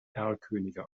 erlkönige